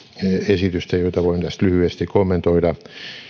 esitystä joita voin tässä lyhyesti kommentoida